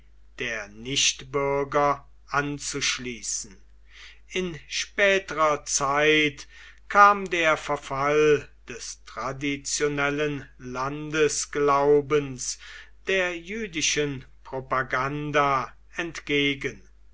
der nichtbürger anzuschließen in späterer zeit kam der verfall des traditionellen landesglaubens der jüdischen propaganda entgegen